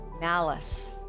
malice